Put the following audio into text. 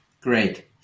great